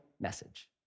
message